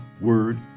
word